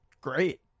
great